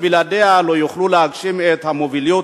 שבלעדיהן לא יוכלו להגשים את המוביליות